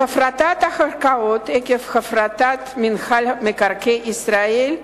הפרטת הקרקעות עקב הפרטת מינהל מקרקעי ישראל,